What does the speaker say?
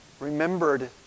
remembered